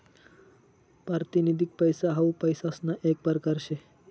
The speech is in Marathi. पारतिनिधिक पैसा हाऊ पैसासना येक परकार शे